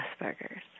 Asperger's